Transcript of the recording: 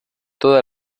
toda